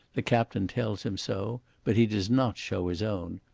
the captain tells him so, but he does not show his own.